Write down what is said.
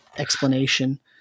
explanation